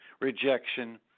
rejection